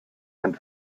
and